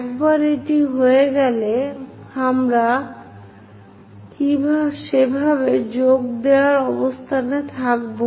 একবার এটি হয়ে গেলে আমরা সেভাবে যোগ দেওয়ার অবস্থানে থাকব